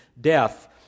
death